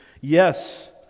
Yes